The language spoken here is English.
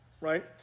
Right